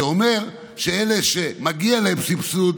זה אומר שאלה שמגיע להם סבסוד,